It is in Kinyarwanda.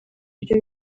ryo